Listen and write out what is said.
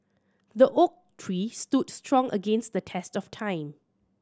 the oak tree stood strong against the test of time